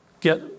get